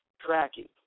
tracking